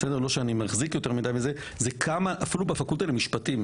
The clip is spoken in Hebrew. שיש לנו כבר אוליגרכיה בפקולטה למשפטים,